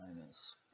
minus